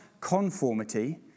conformity